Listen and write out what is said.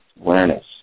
Awareness